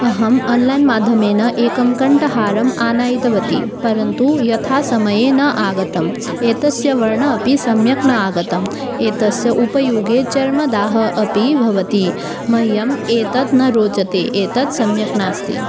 अहम् अन्लैन् माध्यमेन एकं कण्ठहारम् आनायितवती परन्तु यथासमये न आगतम् एतस्य वर्णः अपि सम्यक् न आगतः एतस्य उपयोगे चर्मदाहः अपि भवति मह्यम् एतत् न रोचते एतत् सम्यक् नास्ति